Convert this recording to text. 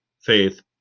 faith